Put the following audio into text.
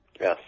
Yes